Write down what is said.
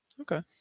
Okay